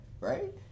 right